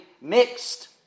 mixed